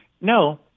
No